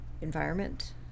environment